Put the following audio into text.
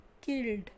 killed